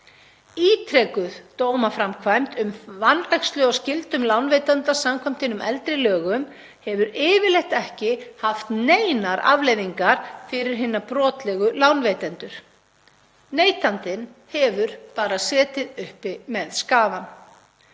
Ítrekuð dómaframkvæmd um vanrækslu og skyldur lánveitanda samkvæmt hinum eldri lögum hefur yfirleitt ekki haft neinar afleiðingar fyrir hina brotlegu lánveitendur. Neytandinn hefur bara setið uppi með skaðann.